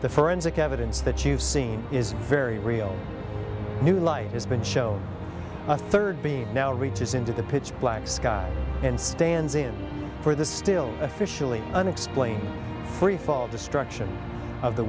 the forensic evidence that you've seen is very real new life has been show the third being now reaches into the pitch black sky and stands in for the still officially unexplained freefall destruction of the